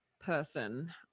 person